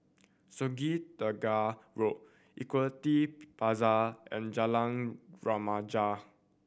Sungei Tengah Road Equity Plaza and Jalan Remaja